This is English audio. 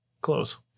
Close